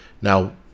now